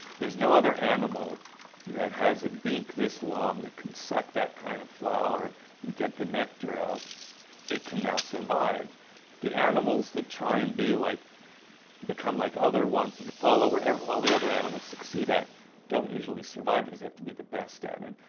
there's no other animal that has a beak this long that can suck that kind of flower and get the nectar out it can now survive the animals that try and be like become like other ones that are follow all the other animals succeed at don't usually survive because they have to be the best at it.